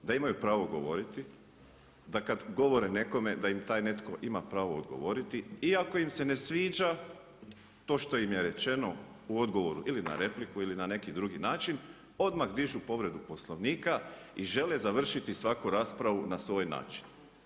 Da imaju pravo govoriti, da kad govore nekome, da im taj netko ima pravo odgovoriti iako im se ne sviđa to što im je rečeno u odgovoru ili na repliku ili na neki drugi način odmah dižu povredu Poslovnika i žele završiti svaku raspravu na svoj način.